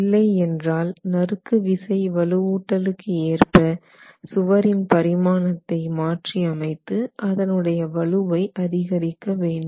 இல்லை என்றால் நறுக்கு விசை வலுவூட்டல்கேற்ப சுவரின் பரிமாணத்தை மாற்றி அமைத்து அதன் உடைய வலுவை அதிகரிக்க வேண்டும்